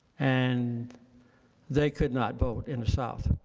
and they could not vote in the south.